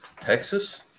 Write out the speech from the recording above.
Texas